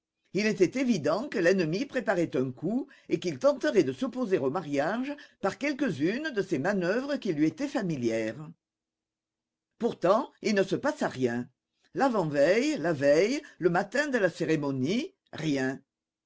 il était évident que l'ennemi préparait un coup et qu'il tenterait de s'opposer au mariage par quelques-unes de ces manœuvres qui lui étaient familières pourtant il ne se passa rien l'avant-veille la veille le matin de la cérémonie rien